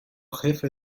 jefe